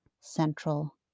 Central